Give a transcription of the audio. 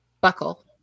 buckle